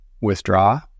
withdraw